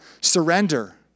surrender